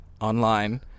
online